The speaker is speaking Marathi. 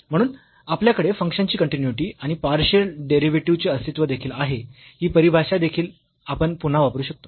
म्हणून आपल्याकडे फंक्शनची कन्टीन्यूइटी आणि पार्शियल डेरिव्हेटिव्हचे अस्तित्व देखील आहे ही परिभाषा देखील आपण पुन्हा वापरु शकतो